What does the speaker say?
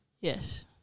Yes